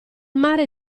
mare